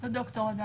לא ד"ר עדיין.